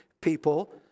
people